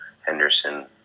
Henderson